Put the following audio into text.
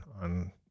on